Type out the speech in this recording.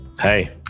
Hey